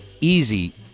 easy